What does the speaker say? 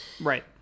right